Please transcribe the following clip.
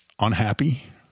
unhappy